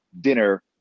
dinner